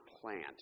plant